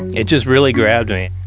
it just really grabbed me.